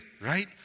right